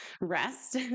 rest